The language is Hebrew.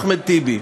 אחמד טיבי,